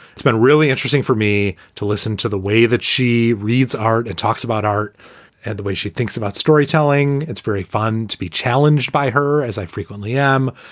it's been really interesting for me to listen to the way that she reads art and talks about art and the way she thinks about storytelling. it's very fun to be challenged by her, as i frequently am.